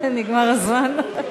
נגמר הזמן.